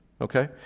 okay